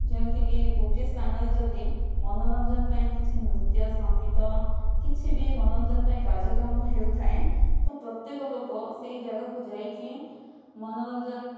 ଯେଉଁଠିକି ଗୋଟିଏ ସ୍ଥାନରେ ଯଦି ମନୋରଞ୍ଜନ ପାଇଁ କିଛି ନୃତ୍ୟ ସଂଗୀତ କିଛି ବି ମନୋରଞ୍ଜନ ପାଇଁ କାର୍ଯ୍ୟକ୍ରମ ହେଉଥାଏ ତା ପ୍ରତ୍ୟେକ ଲୋକ ସେ ଯାଗାକୁ ଯାଇକି ମନୋରଞ୍ଜନ